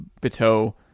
bateau